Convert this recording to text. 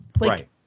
Right